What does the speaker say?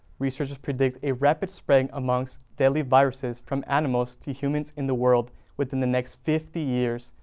researchers predict a rapid spread amongst deadly viruses from animals to humans in the world within the next fifty years.